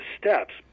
steps